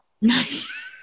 Nice